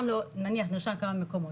נניח נרשם לכמה מקומות,